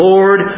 Lord